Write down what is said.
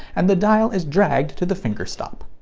and the dial is dragged to the finger stop.